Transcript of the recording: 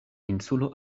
insulo